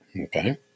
Okay